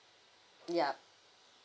ya